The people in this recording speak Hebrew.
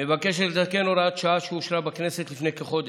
מבקשת לתקן הוראת שעה שאושרה בכנסת לפני כחודש,